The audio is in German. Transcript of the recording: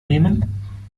nehmen